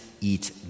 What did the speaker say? eat